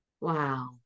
Wow